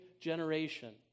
generation